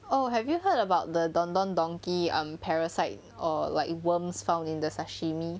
oh have you heard about the don don donki um parasites or like worms found in the sashimi